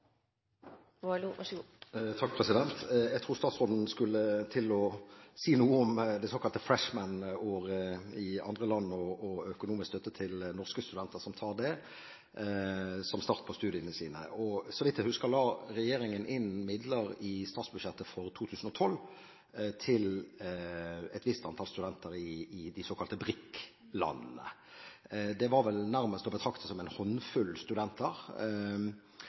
Jeg tror statsråden skulle til å si noe om det såkalte freshman-året i andre land og økonomisk støtte til norske studenter som tar det som start på studiene sine. Så vidt jeg husker, la regjeringen i statsbudsjettet for 2012 inn midler til et visst antall studenter i de såkalte BRIC-landene. Det var vel nærmest å betrakte som en håndfull studenter